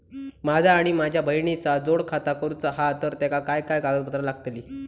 माझा आणि माझ्या बहिणीचा जोड खाता करूचा हा तर तेका काय काय कागदपत्र लागतली?